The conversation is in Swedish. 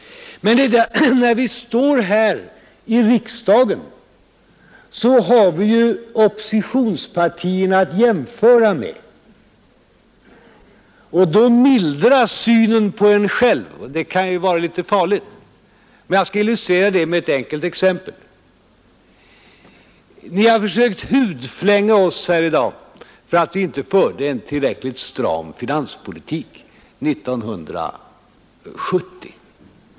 Men när vi står här i riksdagen har vi ju oppositionspartierna att jämföra med, och då mildras synen på en själv. Det kan vara litet farligt, men jag skall illustrera det med ett enkelt exempel. Ni har försökt hudflänga oss här i dag för att vi inte förde en tillräckligt stram finanspolitik 1970.